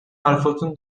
حرفاتون